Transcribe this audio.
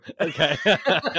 Okay